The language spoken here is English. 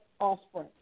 offspring